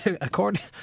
according